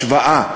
השוואה,